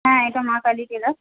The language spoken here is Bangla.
হ্যাঁ এটা মা কালী টেলার্স